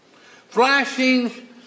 Flashing